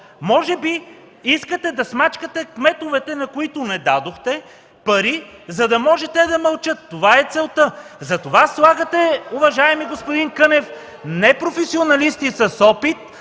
Може би искате да смачкате кметовете, на които не дадохте пари, за да може те да мълчат?! Това е целта! Затова слагате, уважаеми господин Кънев, не професионалисти с опит,